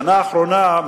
בשנה האחרונה,